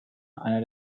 einer